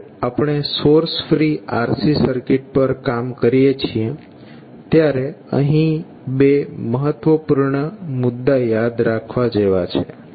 જ્યારે આપણે source free RC circuit પર કામ કરીએ છીએ ત્યારે અહીં બે મહત્વપૂર્ણ મુદ્દા યાદ રાખવા જેવા છે